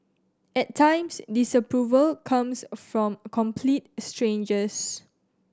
at times disapproval comes from complete strangers